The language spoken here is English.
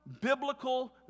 biblical